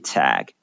Tag